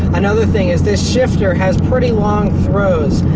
another thing is, this shifter has pretty long throws.